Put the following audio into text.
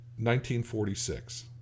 1946